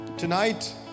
Tonight